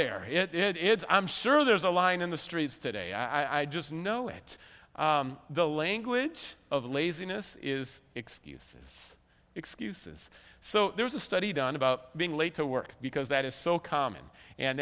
there it's i'm sure there's a line in the streets today i just know it the language of laziness is excuses excuses so there was a study done about being late to work because that is so common